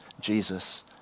Jesus